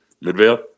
Midvale